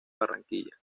barranquilla